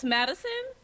Madison